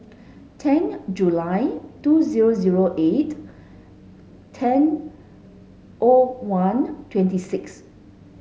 ten July two zero zero eight ten O one twenty six